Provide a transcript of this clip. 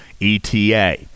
ETA